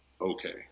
okay